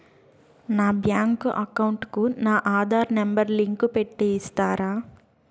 నా bank account కు నా ఆధార్ నెంబర్ లింకు పెట్టి ఇస్తారా?